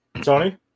Tony